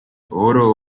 өөрөө